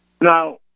Now